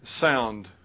sound